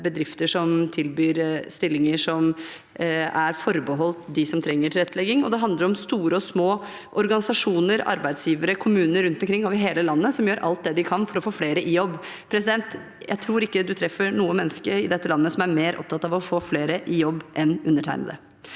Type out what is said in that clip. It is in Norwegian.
bedrifter som tilbyr stillinger som er forbeholdt dem som trenger tilrettelegging, og det handler om store og små organisasjoner, arbeidsgivere og kommuner rundt omkring over hele landet, som gjør alt de kan for å få flere i jobb. Jeg tror ikke man treffer noe menneske i dette landet som er mer opptatt av å få flere i jobb enn undertegnende.